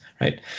right